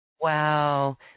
Wow